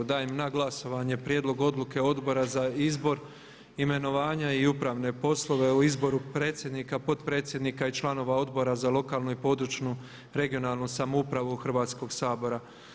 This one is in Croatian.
Dajem na glasovanje Prijedlog odluke Odbora za izbor, imenovanja i upravne poslove o izboru predsjednika, potpredsjednika i članova Odbora za lokalnu i područnu(regionalnu) samoupravu Hrvatskoga sabora.